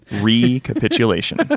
Recapitulation